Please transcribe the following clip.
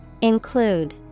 Include